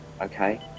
okay